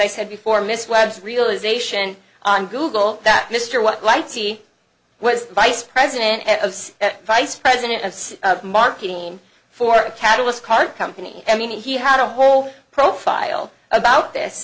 i said before miss webb's realization on google that mr what lighty was vice president of vice president of marketing for catalyst card company i mean he had a whole profile about this